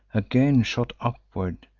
again shoot upward,